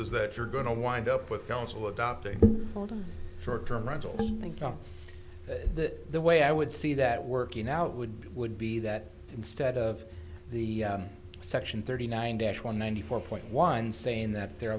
is that you're going to wind up with council adopting short term rental income that the way i would see that working out would be would be that instead of the section thirty nine dash one ninety four point one saying that they're